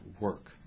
work